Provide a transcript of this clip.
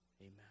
Amen